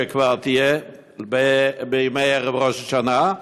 שכבר תהיה בימי ערב ראש השנה.